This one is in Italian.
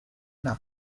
night